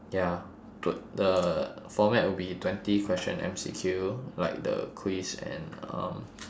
ya but the format will be twenty question M_C_Q like the quiz and um